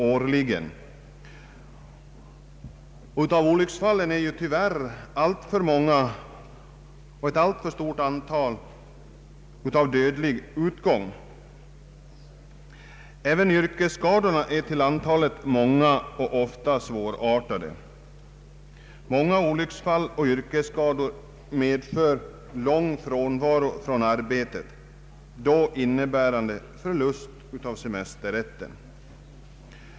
Av dessa olycksfall är tyvärr alltför många av dödlig natur. Även yrkesskadorna är många och ofta svårartade. Många olycksfall och yrkesskador medför lång frånvaro från arbetet, innebärande förlust av semesterrätten.